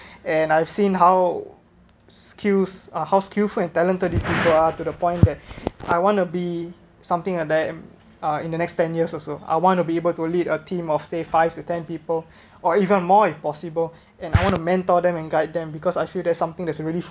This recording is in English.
and I've seen how skills uh how skilful and talented these people are to the point that I want to be something like that uh in the next ten years also I want to be able to lead a team of say five to ten people or even more if possible and I want to mentor them and guide them because I feel that something that is really